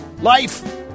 life